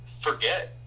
forget